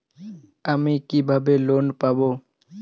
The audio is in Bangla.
আমি কিভাবে লোন পাব?